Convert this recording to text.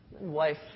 wife